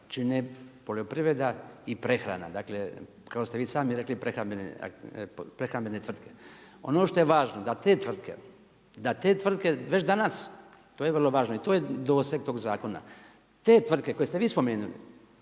čine poljoprivreda i prehrana, dakle, kako ste vi sami rekli, prehrambene tvrtke. Ono što je važno, da te tvrtke već danas, to je vrlo važno i to je doseg tog zakona, te tvrtke koje ste vi spomenuli